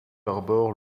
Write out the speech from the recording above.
arborent